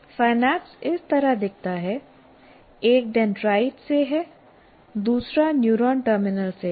synapse इस तरह दिखता है एक डेंड्राइट से है दूसरा न्यूरॉन टर्मिनल से है